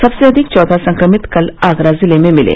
सबसे अधिक चौदह संक्रमित कल आगरा जिले में मिले